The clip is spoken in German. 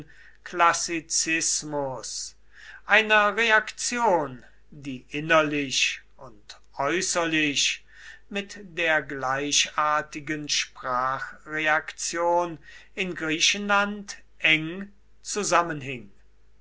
klassizismus einer reaktion die innerlich und äußerlich mit der gleichartigen sprachreaktion in griechenland eng zusammenhing